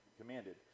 commanded